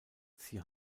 sie